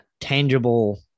tangible